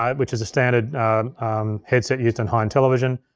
um which is a standard headset used in high-end television.